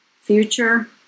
future